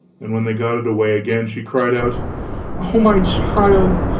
and when they got it away again, she cried out oh, my child,